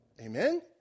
Amen